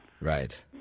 Right